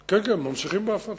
כן, כן, ממשיכים בהפרטה.